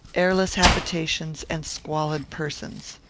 airless habitations, and squalid persons.